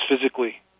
physically